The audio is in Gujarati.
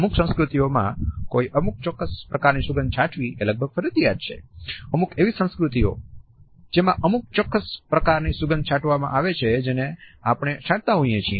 અમુક એવી સંસ્કૃતિઓ છે જેમાં અમુક ચોક્કસ પ્રકારની સુગંધ છાંટવામાં આવે છે જેને આપણે છાંટતા હોઈએ છીએ